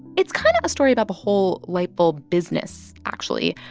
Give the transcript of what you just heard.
it's kind of a story about the whole light bulb business, actually.